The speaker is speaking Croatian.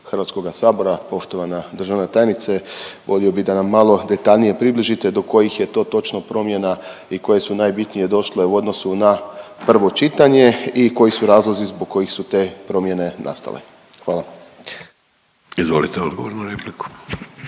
Hrvatskoga sabora, poštovana državna tajnice. Volio bih da nam malo detaljnije približite do kojih je to točno promjena i koje su najbitnije došle u odnosu na prvo čitanje i koji su razlozi zbog kojih su te promjene nastale. Hvala. **Vidović, Davorko